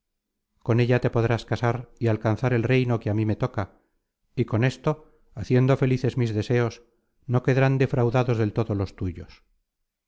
con ella te podrás casar y alcanzar el reino que a mí me toca y con esto haciendo felices mis deseos no quedarán defraudados del todo los tuyos